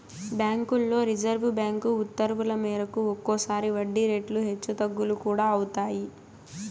బ్యాంకుల్లో reserve bank ఉత్తర్వుల మేరకు ఒక్కోసారి వడ్డీ రేట్లు హెచ్చు తగ్గులు కూడా అవుతాయి